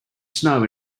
snow